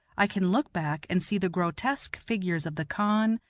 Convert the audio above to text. i can look back, and see the grotesque figures of the khan,